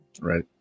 Right